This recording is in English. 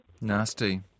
Nasty